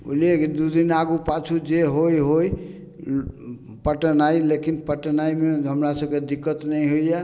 बुझलियै की दू दिन आगू पाछू जे होइ होइ पटेनाय लेकिन पटेनायमे हमरा सबके दिक्कत नहि होइ यऽ